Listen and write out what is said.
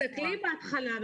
תסתכלי בהתחלה,